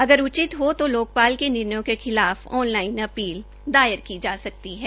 अगर उचित हो तो लोकपाल के निर्णयों के खिलाफ ऑन लाइन अपील दायर करता है